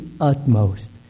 utmost